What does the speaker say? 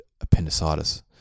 appendicitis